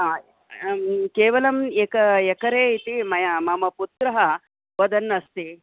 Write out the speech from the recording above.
हा केवलम् एक यकरे इति मया मम पुत्रः वदन्नस्ति